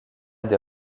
des